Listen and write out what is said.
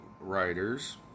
writers